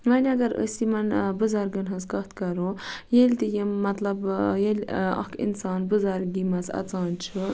وۄنۍ اَگر أسۍ یِمَن بُزرگَن ہنٛز کَتھ کَرو ییٚلہِ تہِ یِم مطلب ییٚلہِ اَکھ اِنسان بُزرگی مَنٛز اَژان چھُ